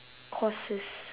courses